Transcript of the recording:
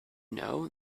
know